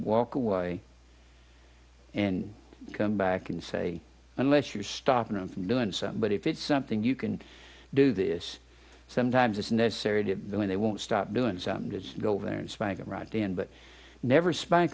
walk away and come back and say unless you're stopping them from doing something but if it's something you can do this sometimes it's necessary to go in they won't stop doing something that's the goal there and spank them right then but never spank